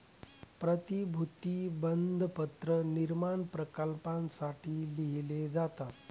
प्रतिभूती बंधपत्र निर्माण प्रकल्पांसाठी लिहिले जातात